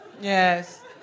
Yes